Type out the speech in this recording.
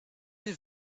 been